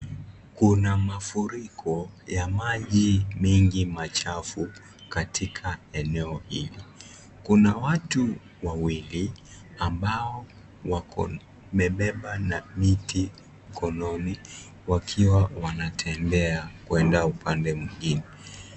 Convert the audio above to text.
Kuna mafuriko ya maji mengi machafu katika eneo hili, kuna watu wawili ambao wamebeba miti mikononi wakiwa wanatembea kwenda upande mwingine.